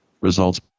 results